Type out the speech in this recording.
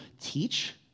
teach